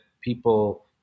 people